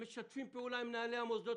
הם משתפים פעולה עם מנהלי המוסדות